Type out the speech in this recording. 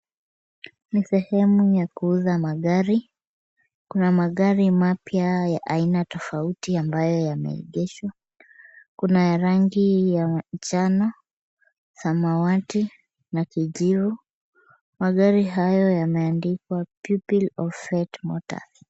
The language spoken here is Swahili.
Ni sehemu ya kuuza magari. Kuna magari mapya ya aina tofauti ambayo yameegeshwa. Kuna ya rangi ya manjano, samawati, na kijivu. Magari hayo yameandikwa PUPIL OF FATE MOTORS.